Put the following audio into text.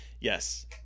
Yes